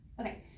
okay